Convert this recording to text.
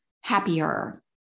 happier